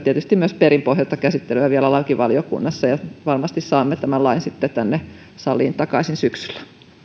tietysti myös perinpohjaista käsittelyä vielä lakivaliokunnassa ja varmasti saamme tämän lain sitten tänne saliin takaisin syksyllä